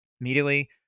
immediately